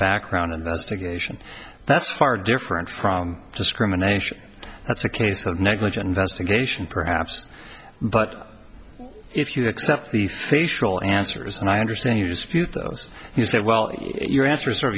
background investigation that's far different from discrimination that's a case of negligent investigation perhaps but if you accept the facial answers and i understand you just a few those you say well your answer